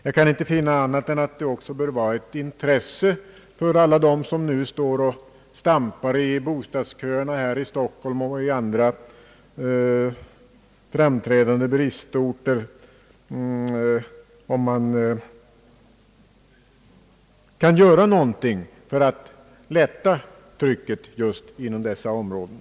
Jag kan inte finna annat än att det också bör vara ett intresse för alla dem som nu står och stampar i bostadsköerna här i Stockholm och på andra bristorter om man kan göra någonting för att lätta trycket just inom dessa områden.